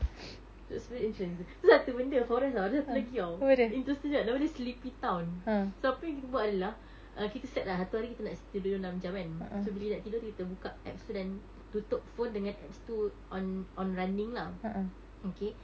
that's very intriguing seh tu satu benda forest ada satu lagi [tau] interesting juga nama dia sleepy town so apa yang kita buat adalah err kita set lah satu hari kita nak tidur dalam enam jam kan so bila nak tidur kita buka apps tu dan tutup phone dengan apps tu on on running lah okay